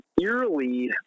eerily